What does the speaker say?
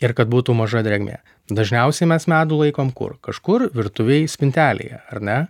ir kad būtų maža drėgmė dažniausiai mes medų laikom kur kažkur virtuvėj spintelėje ar ne